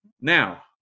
Now